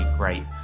great